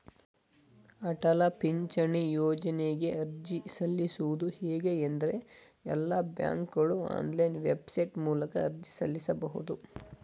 ಅಟಲ ಪಿಂಚಣಿ ಯೋಜ್ನಗೆ ಅರ್ಜಿ ಸಲ್ಲಿಸುವುದು ಹೇಗೆ ಎಂದ್ರೇ ಎಲ್ಲಾ ಬ್ಯಾಂಕ್ಗಳು ಆನ್ಲೈನ್ ವೆಬ್ಸೈಟ್ ಮೂಲಕ ಅರ್ಜಿ ಸಲ್ಲಿಸಬಹುದು